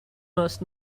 most